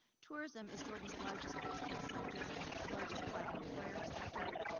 tourism is jordan's largest export sector. it's its largest private employer sector.